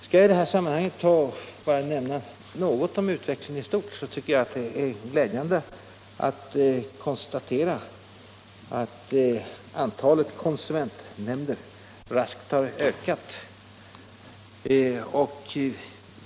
Om jag i det här sammanhanget skall nämna något om utvecklingen istort vill jag bara säga att jag tycker det är glädjande att kunna konstatera att antalet konsumentnämnder raskt har ökat.